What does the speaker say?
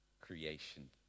creation